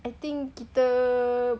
I think kita